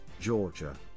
Georgia